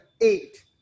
eight